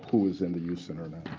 who is in the youth center now.